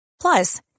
Plus